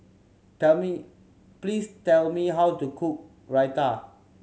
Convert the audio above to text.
tell me please tell me how to cook Raita